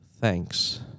Thanks